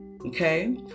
Okay